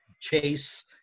Chase